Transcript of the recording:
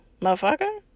motherfucker